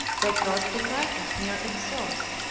they crossed the tigris near its source,